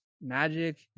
magic